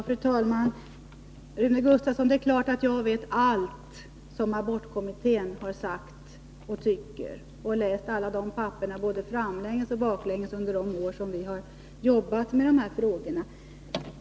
Fru talman! Det är klart, Rune Gustavsson, att jag vet allt som abortkommittén har sagt och tyckt. Jag har läst alla de papperen både framlänges och baklänges under de år som vi har jobbat med frågorna.